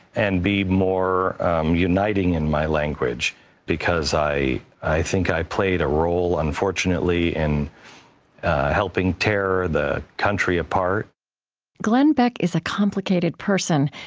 and be more uniting in my language because i i think i played a role, unfortunately, in helping tear the country apart glenn beck is a complicated person.